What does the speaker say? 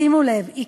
שימו לב, היא